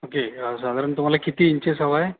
okay साधारण तुम्हाला किती इंचेस हवा आहे